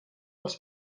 els